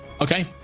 Okay